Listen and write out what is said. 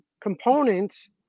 components